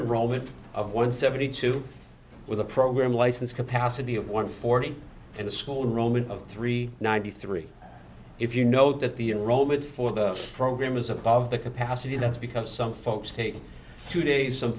roman of one seventy two with a program license capacity of one forty in the school roman of three ninety three if you know that the enrollment for the program is above the capacity that's because some folks take two days some